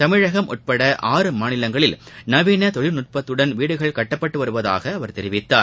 தமிழகம் உட்பட ஆறு மாநிலங்களில் நவீன தொழில்நுட்பத்துடன் வீடுகள் கட்டப்பட்டு வருவதாக அவர் கூறினார்